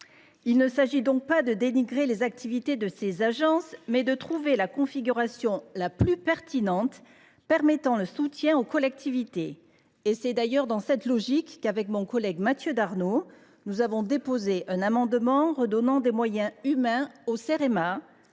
Il s’agit donc non pas de dénigrer les activités de ces agences, mais de trouver la configuration la plus pertinente pour assurer un soutien aux collectivités. C’est d’ailleurs dans cette logique que, avec mon collègue Mathieu Darnaud, j’ai déposé un amendement redonnant des moyens humains au Cerema,